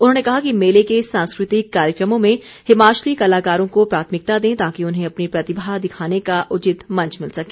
उन्होंने कहा कि मेले के सांस्कृतिक कार्यक्रमों में हिमाचली कलाकारों को प्राथमिकता दें ताकि उन्हें अपनी प्रतिभा दिखाने का उचित मंच मिल सके